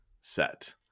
set